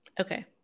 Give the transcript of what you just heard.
okay